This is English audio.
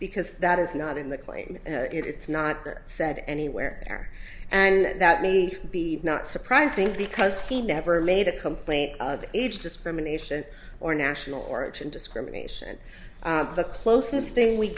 because that is not in the claim it's not said anywhere and that may be not surprising because he never made a complaint of age discrimination or national origin discrimination the closest thing we